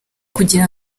kugira